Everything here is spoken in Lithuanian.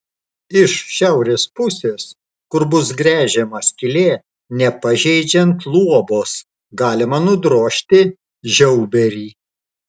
iš šiaurės pusės kur bus gręžiama skylė nepažeidžiant luobos galima nudrožti žiauberį